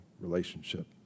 relationship